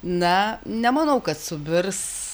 na nemanau kad subirs